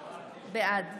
בעד